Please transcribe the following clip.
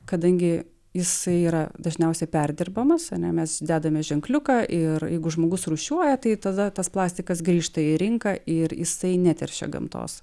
kadangi jisai yra dažniausiai perdirbamas a ne mes dedame ženkliuką ir jeigu žmogus rūšiuoja tai tada tas plastikas grįžta į rinką ir jisai neteršia gamtos